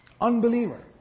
Unbeliever